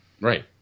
Right